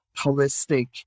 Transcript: holistic